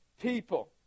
people